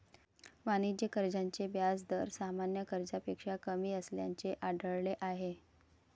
वाणिज्य कर्जाचे व्याज दर सामान्य कर्जापेक्षा कमी असल्याचे आढळले आहे